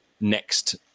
next